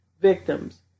victims